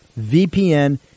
VPN